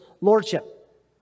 lordship